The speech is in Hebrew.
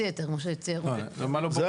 זה חצי היתר, כמו שהצהירו.